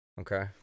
Okay